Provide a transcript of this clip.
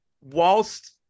whilst